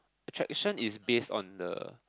attraction is based on the